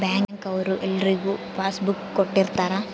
bank ಅವ್ರು ಎಲ್ರಿಗೂ passbook ಕೊಟ್ಟಿರ್ತರ